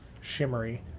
Shimmery